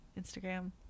Instagram